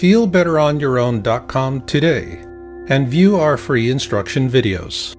feel better on your own dot com today and view our free instruction videos